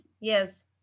Yes